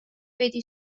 veidi